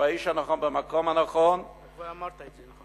שהוא האיש הנכון במקום הנכון, כבר אמרת את זה.